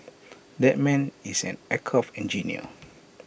that man is an aircraft engineer